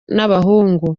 n’abahungu